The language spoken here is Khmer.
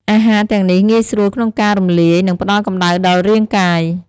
អាហារទាំងនេះងាយស្រួលក្នុងការរំលាយ និងផ្ដល់កំដៅដល់រាងកាយ។